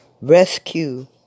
Rescue